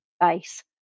base